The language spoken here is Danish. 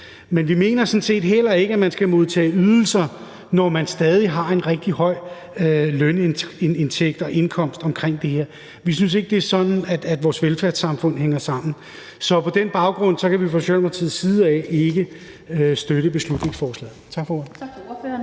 Men vi mener sådan set heller ikke, at man skal modtage ydelser, når man stadig har en rigtig høj lønindtægt og indkomst i forhold til det. Vi synes ikke, det er sådan, vores velfærdssamfund hænger sammen. Så på den baggrund kan vi fra Socialdemokratiets side ikke støtte beslutningsforslaget. Tak for ordet.